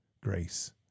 grace